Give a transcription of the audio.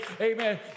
Amen